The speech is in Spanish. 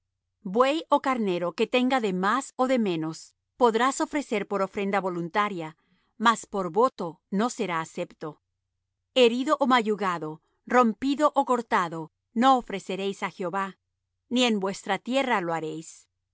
buey ó carnero que tenga de más ó de menos podrás ofrecer por ofrenda voluntaria mas por voto no será acepto herido ó magullado rompido ó cortado no ofreceréis á jehová ni en vuestra tierra lo haréis